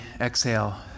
exhale